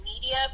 media